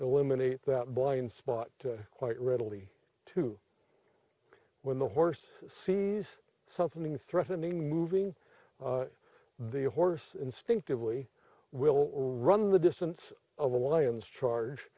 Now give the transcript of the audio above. eliminate that blind spot quite readily to when the horse sees something threatening moving the horse instinctively will run the distance of the lions charge